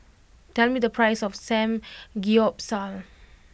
tell me the price of Samgeyopsal